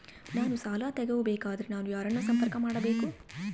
ನಾನು ಸಾಲ ತಗೋಬೇಕಾದರೆ ನಾನು ಯಾರನ್ನು ಸಂಪರ್ಕ ಮಾಡಬೇಕು?